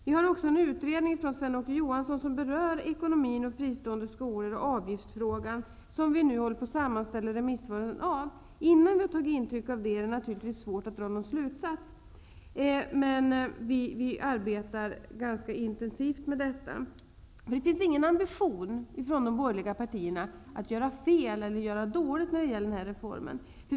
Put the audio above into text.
Vi håller på att sammanställa remissvaren på Sven-Åke Johanssons utredning som berör fristående skolor och deras ekonomi, som avgiftsfrågan. Innan vi har tagit intryck av sammanställningen är det naturligtvis svårt att dra några slutsatser. Vi arbetar dock ganska intensivt med detta. Det finns ingen ambition från de borgerliga partierna att handla fel när det gäller den här reformen.